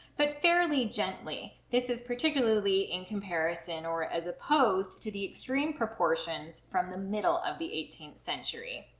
but fairly gently. this is particularly in comparison or as opposed to the extreme proportions from the middle of the eighteenth century.